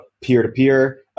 peer-to-peer